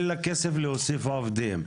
אין לה כסף להוסיף עובדים,